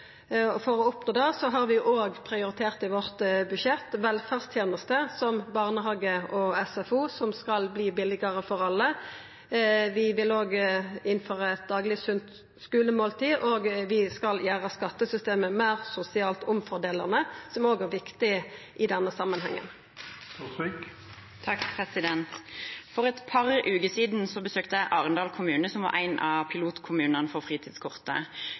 For å oppnå det har vi i budsjettet vårt òg prioritert velferdstenester som barnehage og SFO, som skal verta billigare for alle. Vi vil òg innføra eit dagleg sunt skulemåltid, og vi skal gjera skattesystemet meir sosialt omfordelande, noko som òg er viktig i denne samanhengen. For et par uker siden besøkte jeg Arendal kommune, som var en av pilotkommunene for fritidskortet.